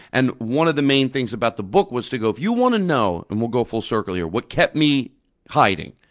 and one of the main things about the book was to go if you want to know and we'll go full circle here what kept me hiding,